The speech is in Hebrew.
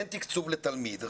אין תקצוב לתלמיד.